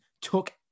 took